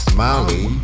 Smiley